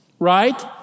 right